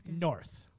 north